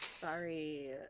Sorry